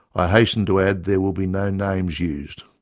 i hasten to add, there will be no names used.